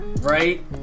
right